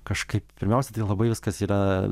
kažkaip pirmiausia tai labai viskas yra